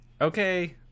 okay